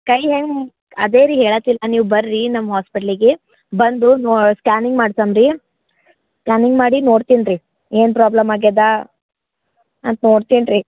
ಕೈ ಹ್ಯಾಂಗ ಅದೇ ರೀ ಹೇಳತೀಲ ನೀವು ಬರ್ರಿ ನಮ್ಮ ಹಾಸ್ಪಿಟ್ಲಿಗೆ ಬಂದು ನೊ ಸ್ಕ್ಯಾನಿಂಗ್ ಮಾಡ್ಸಮ್ ರೀ ಸ್ಕ್ಯಾನಿಂಗ್ ಮಾಡಿ ನೋಡ್ತೀನಿ ರೀ ಏನು ಪ್ರಾಬ್ಲಮ್ ಆಗ್ಯಾದ ಅಂತ ನೋಡ್ತೀನಿ ರೀ